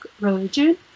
religion